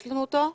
יש לנו אותו?